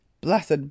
Blessed